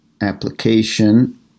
application